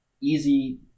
easy